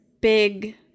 big